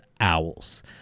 owls